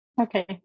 Okay